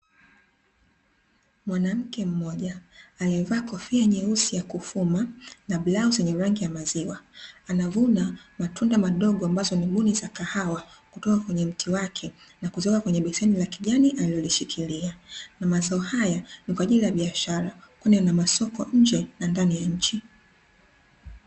Mwanamke mmoja, aliyevaa kofia nyeusi ya kufuma na brauzi yenye rangi ya maziwa, anavuna matunda madogo ambayo ni buni za kahawa kutoka kwenye mti wake na kuziweka katika beseni la kijani alilolishikilia, na mazao haya ni kwa ajili ya biashara, kwani yana masoko nje na ndani ya nchi.